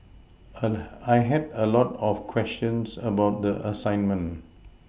canon I had a lot of questions about the assignment